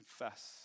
confess